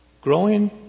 Growing